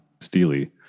steely